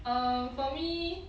um for me